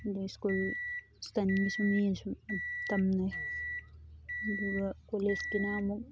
ꯑꯗꯩ ꯁ꯭ꯀꯨꯜ ꯁꯇꯟꯒꯤꯁꯨ ꯃꯤ ꯑꯁꯨꯝ ꯇꯝꯅꯩ ꯑꯗꯨꯒ ꯀꯣꯂꯦꯖꯀꯤꯅ ꯑꯃꯨꯛ